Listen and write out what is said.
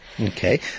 Okay